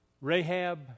Rahab